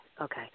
Okay